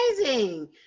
amazing